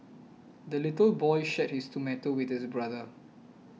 the little boy shared his tomato with his brother